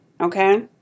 Okay